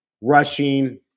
rushing